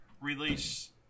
release